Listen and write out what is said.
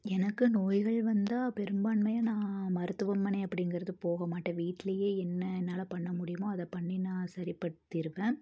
எனக்கு நோய்கள் வந்தால் பெரும்பான்மையாக நான் மருத்துவமனை அப்படிங்கிறது போகமாட்டேன் வீட்லேயே என்ன என்னால் பண்ண முடியுமோ அதை பண்ணி நான் சரிப்படுத்திடுவேன்